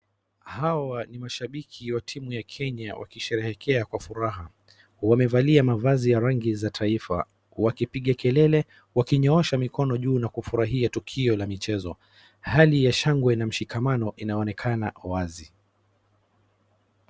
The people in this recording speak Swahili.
Hawa ni mashambiki wa timu ya Kenya wakisherehekea kwa furaha. Wamevalia mavazi ya rangi za kitaifa wakipiga kelele wakinyoosha mikono juu na kufurahia tukio la michezo. Hali ya shangwe na mshikamano inaonekana wazi.